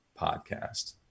podcast